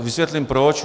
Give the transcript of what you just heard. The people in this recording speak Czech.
Vysvětlím proč.